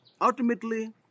Ultimately